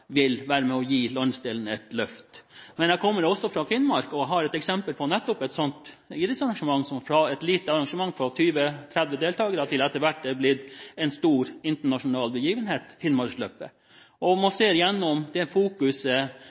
vil være med på å gi landsdelen et løft. Jeg kommer fra Finnmark, og vi har et eksempel på nettopp et slikt idrettsarrangement, som fra et å være lite arrangement for 20–30 deltakere, etter hvert har blitt til en stor internasjonal begivenhet – Finnmarksløpet. Det fokuset